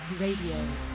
Radio